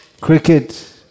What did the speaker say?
Cricket